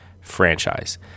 franchise